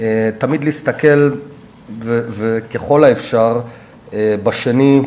תמיד להסתכל ככל האפשר על השני,